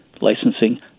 licensing